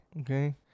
Okay